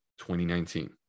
2019